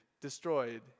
destroyed